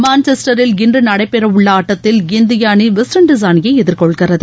மான்செஸ்டரில் இன்று நடைபெறவுள்ள ஆட்டத்தில் இந்திய அணி வெஸ்ட்இண்டஸ் அணியை எதிர்கொள்கிறது